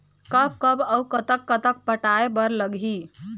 कब कब अऊ कतक कतक पटाए बर लगही